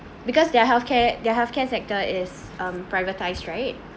because their healthcare their healthcare sector is um privatised right